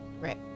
right